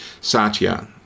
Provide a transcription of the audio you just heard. Satya